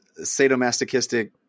sadomasochistic